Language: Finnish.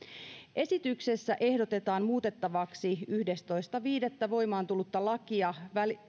esityksessä ehdotetaan muutettavaksi yhdestoista viidettä voimaan tullutta lakia